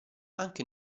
anche